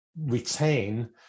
retain